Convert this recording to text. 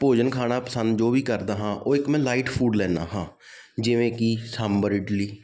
ਭੋਜਨ ਖਾਣਾ ਪਸੰਦ ਜੋ ਵੀ ਕਰਦਾ ਹਾਂ ਉਹ ਇੱਕ ਮੈਂ ਲਾਈਟ ਫੂਡ ਲੈਂਦਾ ਹਾਂ ਜਿਵੇਂ ਕਿ ਸਾਂਬਰ ਇਡਲੀ